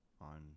on